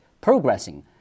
progressing